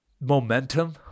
momentum